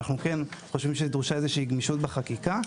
אנחנו כן חושבים שדרושה איזושהי גמישות בחקיקה.